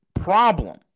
problem